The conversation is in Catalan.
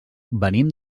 venim